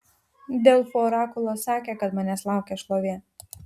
delfų orakulas sakė kad manęs laukia šlovė